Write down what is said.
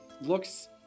looks